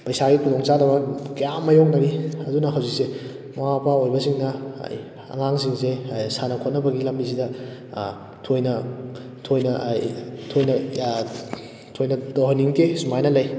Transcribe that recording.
ꯄꯩꯁꯥꯒꯤ ꯈꯨꯗꯣꯡ ꯆꯥꯗꯕ ꯀꯌꯥ ꯑꯃ ꯃꯥꯏꯌꯣꯛꯅꯔꯤ ꯑꯗꯨꯅ ꯍꯧꯖꯤꯛꯁꯦ ꯃꯃꯥ ꯃꯄꯥ ꯑꯣꯏꯕꯁꯤꯡꯅ ꯑꯉꯥꯡꯁꯤꯡꯁꯦ ꯁꯥꯟꯅ ꯈꯣꯠꯅꯕꯒꯤ ꯂꯝꯕꯤꯁꯤꯗ ꯊꯣꯏꯅ ꯊꯣꯏꯅ ꯊꯣꯏꯅ ꯊꯣꯏꯅ ꯇꯧꯍꯟꯅꯤꯡꯗꯦ ꯁꯨꯃꯥꯏꯅ ꯂꯩ